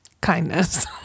kindness